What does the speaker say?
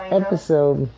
episode